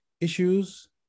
issues